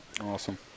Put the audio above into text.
Awesome